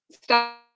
stop